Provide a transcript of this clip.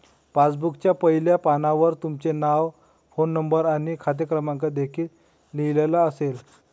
पासबुकच्या पहिल्या पानावर तुमचे नाव, फोन नंबर आणि खाते क्रमांक देखील लिहिलेला असेल